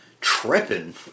tripping